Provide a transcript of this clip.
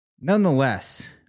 Nonetheless